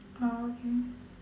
orh okay